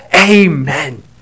Amen